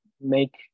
make